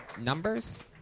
Numbers